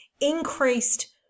increased